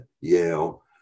Yale